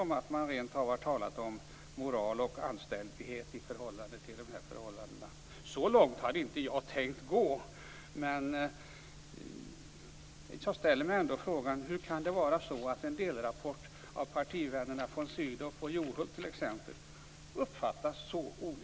Man har rent av talat om moral och anständighet när det gäller dessa förhållanden. Så långt hade inte jag tänkt att gå. Men jag ställer mig ändå frågan hur en delrapport av partivännerna von Sydow och Juholt t.ex. kan uppfattas så olika.